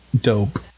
Dope